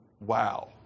Wow